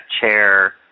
chair